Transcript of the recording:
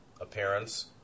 appearance